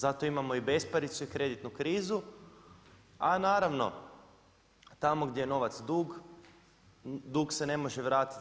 Zato imamo i besparicu i kreditnu krizu, a naravno, tamo gdje je novac dug, dug se ne može vratiti.